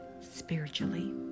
spiritually